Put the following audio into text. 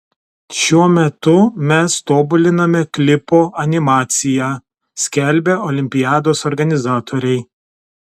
šiuo metu mes tobuliname klipo animaciją skelbia olimpiados organizatoriai